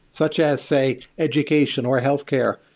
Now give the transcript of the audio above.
such as, say, education, or healthcare.